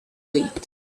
wait